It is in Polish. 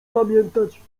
pamiętać